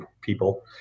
people